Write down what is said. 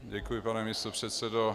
Děkuji, pane místopředsedo.